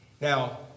Now